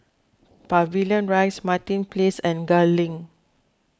Pavilion Rise Martin Place and Gul Link